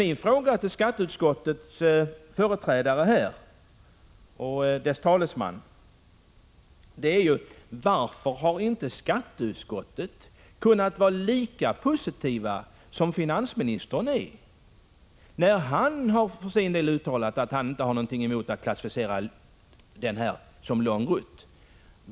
Min fråga till utskottets talesman är: Varför har inte skatteutskottet kunnat vara lika positivt som finansministern, som för sin del har uttalat att han inte har någonting emot att linjen klassificeras som lång rutt?